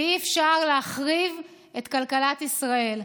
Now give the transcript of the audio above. אי-אפשר להחריב את כלכלת ישראל.